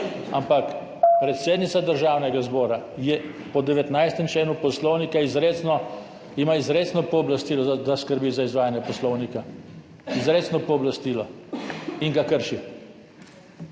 Ampak predsednica Državnega zbora ima po 19. členu Poslovnika izrecno pooblastilo, da skrbi za izvajanje poslovnika. Izrecno pooblastilo. In ga krši.